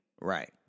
Right